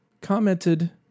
commented